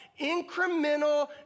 incremental